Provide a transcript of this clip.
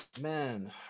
Man